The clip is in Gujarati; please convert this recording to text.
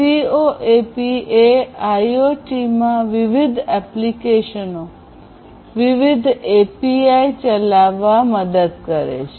COAP એ આઇઓટીમાં વિવિધ એપ્લિકેશનો વિવિધ એપીઆઇ ચલાવવા મદદ કરે છે